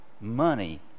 Money